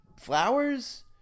flowers